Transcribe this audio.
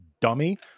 dummy